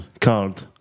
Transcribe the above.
card